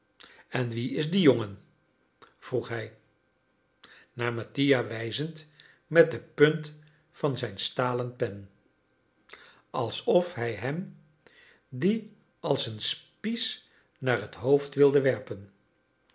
en wie is die jongen vroeg hij naar mattia wijzend met de punt van zijn stalen pen alsof hij hem die als een spies naar het hoofd wilde werpen